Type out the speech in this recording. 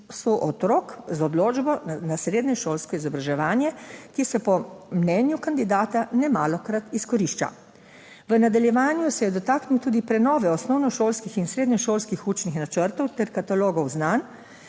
otrok z odločbo na srednješolsko izobraževanje, ki se po mnenju kandidata nemalokrat izkorišča. V nadaljevanju se je dotaknil tudi prenove osnovnošolskih in srednješolskih učnih načrtov ter katalogov znanj,